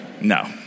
No